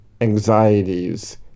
anxieties